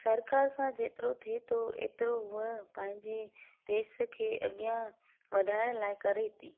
सरकार खां जेतिरो थिए थो एतिरो हूअ पंहिंजे देस खे अॻियां वधाइण लाइ करे थी